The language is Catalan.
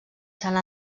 sant